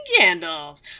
Gandalf